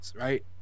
right